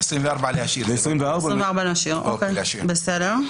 ו-24 מדבר --- נשאיר את 24. בסדר.